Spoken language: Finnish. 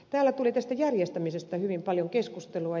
täällä tuli tästä järjestämisestä hyvin paljon keskustelua